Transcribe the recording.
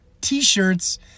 t-shirts